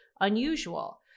unusual